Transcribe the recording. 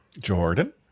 Jordan